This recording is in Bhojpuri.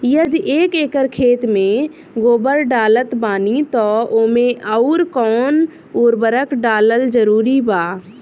यदि एक एकर खेत मे गोबर डालत बानी तब ओमे आउर् कौन कौन उर्वरक डालल जरूरी बा?